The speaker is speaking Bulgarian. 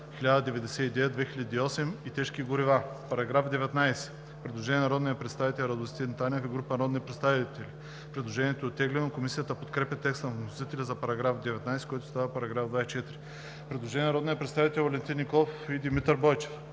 1099/2008 и тежки горива“.“ По § 19 има предложение на народния представител Радостин Танев и група народни представители. Предложението е оттеглено. Комисията подкрепя текста на вносителя за § 19, който става § 24. Предложение на народните представители Валентин Николов и Димитър Бойчев.